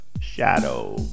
shadow